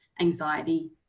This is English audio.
anxiety